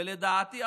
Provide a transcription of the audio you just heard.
ולדעתי,